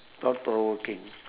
thought provoking